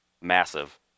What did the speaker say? massive